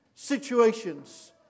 situations